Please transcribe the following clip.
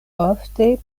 ofte